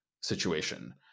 situation